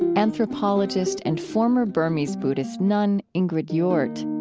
anthropologist and former burmese buddhist nun ingrid jordt.